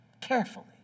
carefully